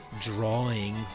drawing